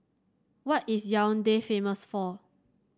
what is Yaounde famous for